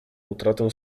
utratę